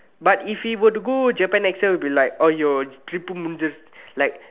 but if we were to go Japan next year it will be like !aiyo! trip முடிந்து:mudindthu like